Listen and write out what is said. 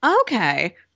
Okay